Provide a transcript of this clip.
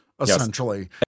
essentially